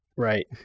Right